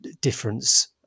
difference